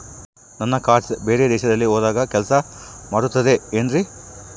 ನನ್ನ ಕಾರ್ಡ್ಸ್ ಬೇರೆ ದೇಶದಲ್ಲಿ ಹೋದಾಗ ಕೆಲಸ ಮಾಡುತ್ತದೆ ಏನ್ರಿ?